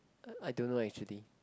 I don't know actually